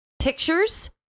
pictures